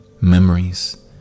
memories